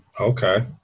Okay